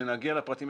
כשנגיע לפרטים,